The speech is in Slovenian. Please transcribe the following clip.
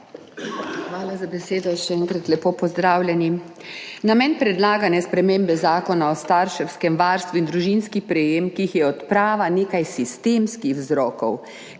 Hvala za besedo. Še enkrat, lepo pozdravljeni! Namen predlagane spremembe Zakona o starševskem varstvu in družinskih prejemkih je odpraviti nekaj sistemskih vzrokov,